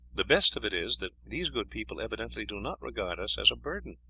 the best of it is that these good people evidently do not regard us as a burden.